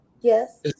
yes